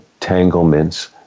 tanglements